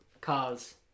cars